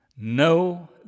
No